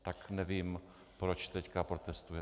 Tak nevím, proč teď protestujete.